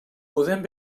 podem